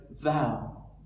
vow